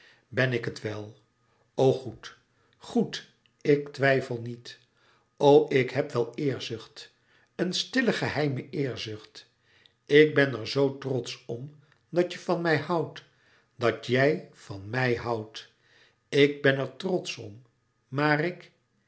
ben ik het wel o goed goed ik twijfel niet o ik heb wel eerzucht een stille geheime eerzucht ik ben er zoo trotsch om dat je van mij houdt dat jij van mij houdt ik ben er trotsch om maar ik